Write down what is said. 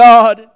God